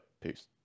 peace